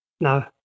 No